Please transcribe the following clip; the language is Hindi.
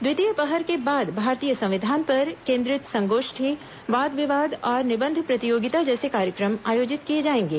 द्वितीय पहर के बाद भारतीय संविधान पर केन्द्रित संगोष्ठी वाद विवाद और निबंध प्रतियोगिता जैसे कार्यक्रम आयोजित किए जाएंगे